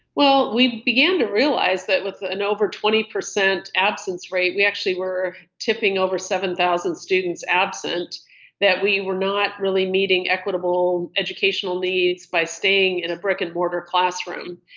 well, we began to realize that with an over twenty percent absence rate, we actually were tipping over seven thousand students. absent that, we were not really meeting equitable educational needs by staying in a brick and mortar classroom.